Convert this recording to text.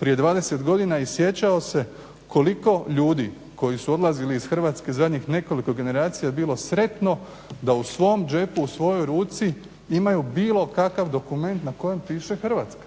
prije 20 godina i sjećao se koliko ljudi koji su odlazili iz Hrvatske zadnjih nekoliko generacija je bilo sretno da u svom džepu u svojoj ruci imaju bilo kakav dokument na kojem piše Hrvatska.